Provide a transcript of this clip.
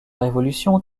révolution